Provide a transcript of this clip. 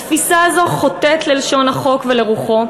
התפיסה הזו חוטאת ללשון החוק ולרוחו,